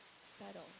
settle